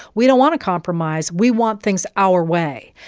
we don't want to compromise. we want things our way.